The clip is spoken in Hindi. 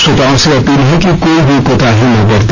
श्रोताओं से अपील है कि कोई भी कोताही ना बरते